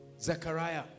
Zechariah